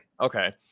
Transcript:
Okay